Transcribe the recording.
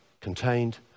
contained